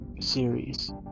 series